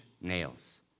nails